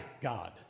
God